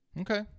okay